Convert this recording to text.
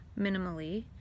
minimally